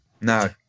No